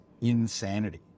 insanity